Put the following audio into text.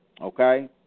okay